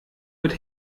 mit